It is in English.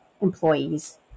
employees